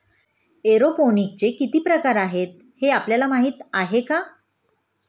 एरोपोनिक्सचे किती प्रकार आहेत, हे आपल्याला माहित आहे का?